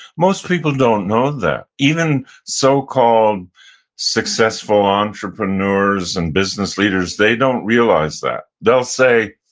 most people don't know that. even so-called successful entrepreneurs and business leaders, they don't realize that. they'll say,